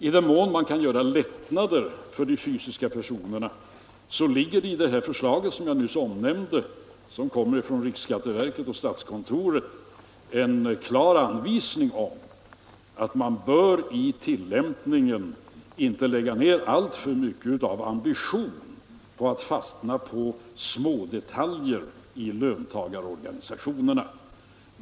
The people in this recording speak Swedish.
I den mån man kan åstadkomma lättnader för de fysiska personerna, ligger i det förslag som kommer från riksskatteverket och statskontoret och som jag nyss omnämnde en klar anvisning om att man i tillämpningen inte bör lägga ner alltför mycket av ambition på att fastna i smådetaljer i löntagardeklarationerna.